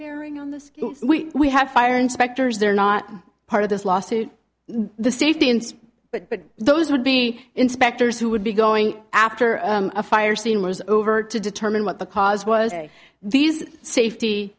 bearing on this we have fire inspectors they're not part of this lawsuit the safety and but those would be inspectors who would be going after a fire scene was over to determine what the cause was these safety